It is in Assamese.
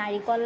নাৰিকল